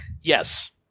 Yes